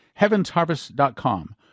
HeavensHarvest.com